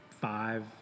five